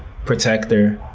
protector.